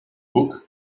book